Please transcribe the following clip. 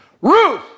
Ruth